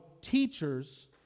teachers